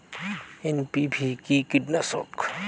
NPV কি কীটনাশক?